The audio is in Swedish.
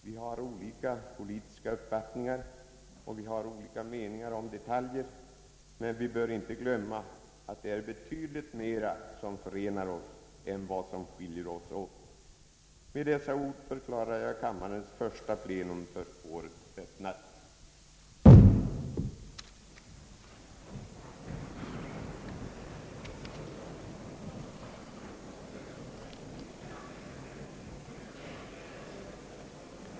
Vi har olika politiska uppfattningar och skilda meningar om detaljer, men vi bör inte glömma att det är betydligt mera som förenar oss än som skiljer oss åt. Med dessa ord förklarar jag kammarens första plenum för året öppnat.